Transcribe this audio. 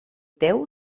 teu